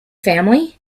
family